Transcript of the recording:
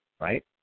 right